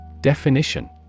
Definition